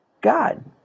God